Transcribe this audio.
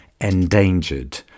endangered